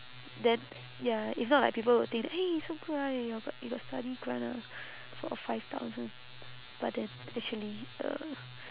then ya if not like people will think that eh so good ah you got you got study grant ah four or five thousand but then actually uh